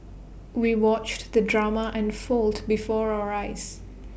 we watched the drama unfold before our eyes